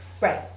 Right